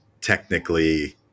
technically